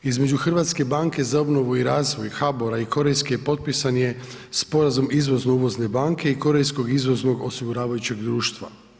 Između Hrvatske banke za obnovu i razvoj HABOR-a i Korejske potpisan je sporazum izvozno uvozne banke i korejskog izvoznog osiguravajućeg društva.